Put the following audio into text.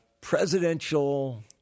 presidential